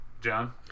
John